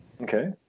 Okay